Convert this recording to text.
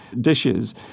dishes